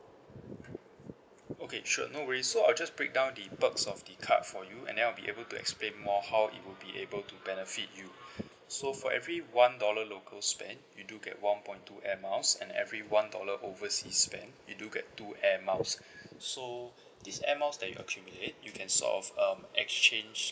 okay sure no worries so I'll just break down the perks of the card for you and then I'll be able to explain more how it would be able to benefit you so for every one dollar local spend you do get one point two air miles and every one dollar overseas spend you do get two air miles so these air miles that you accumulate you can sort of um exchange